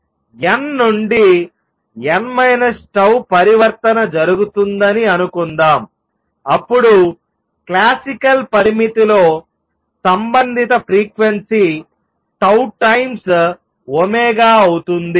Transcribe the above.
n నుండి n 𝜏 పరివర్తన జరుగుతుందని అనుకుందాం అప్పుడు క్లాసికల్ పరిమితిలో సంబంధిత ఫ్రీక్వెన్సీ 𝜏 టైమ్స్ ω అవుతుంది